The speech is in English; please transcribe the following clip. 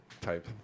type